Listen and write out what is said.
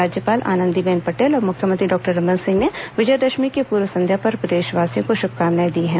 राज्यपाल आनंदीबेन पटेल और मुख्यमंत्री डॉक्टर रमन सिंह ने विजयादशमी की पूर्व संध्या पर प्रदेशवासियों को शुभकामनाएं दी हैं